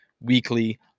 weekly